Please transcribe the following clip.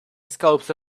scopes